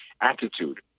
attitude